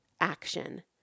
action